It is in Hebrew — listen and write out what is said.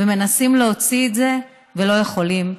ומנסים להוציא אותם ולא יכולים.